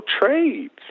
trades